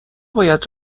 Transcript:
باید